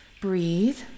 Breathe